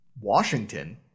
Washington